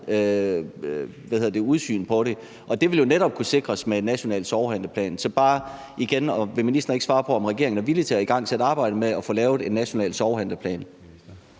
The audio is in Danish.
udsyn på det. Og det vil jo netop kunne sikres med en national sorghandleplan. Så vil ministeren ikke svare på, om regeringen er villig til at igangsætte arbejdet med at få lavet en national sorghandleplan?